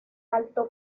alto